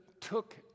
took